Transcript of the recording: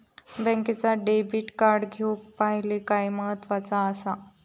बँकेचा debit card घेउक पाहिले काय महत्वाचा असा?